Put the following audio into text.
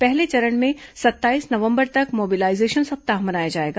पहले चरण में सत्ताईस नवंबर तक मोबिलाइजेशन सप्ताह मनाया जाएगा